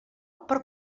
per